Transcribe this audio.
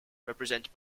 represent